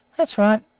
that's right.